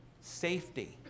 Safety